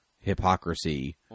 hypocrisy